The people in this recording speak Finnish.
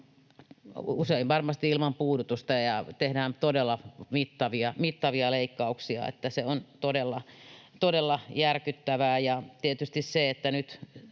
usein varmasti ilman puudutusta, ja tehdään todella mittavia leikkauksia. Se on todella, todella järkyttävää. Tietysti se, että nyt